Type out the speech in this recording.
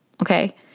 Okay